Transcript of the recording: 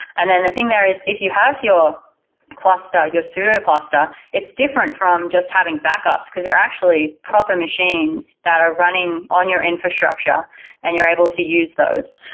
and thing there is if you have your cluster, your pseudo-cluster, it's different from just having backups, because they're actually proper machines that are running on your infrastructure and you're able to use those.